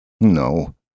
No